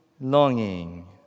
longing